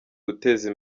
guteza